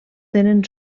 tenen